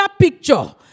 picture